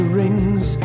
rings